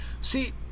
See